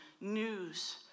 news